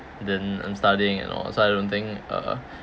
then I'm studying and all so I don't think uh